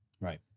right